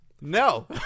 No